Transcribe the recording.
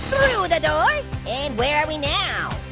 the doors and where are we now?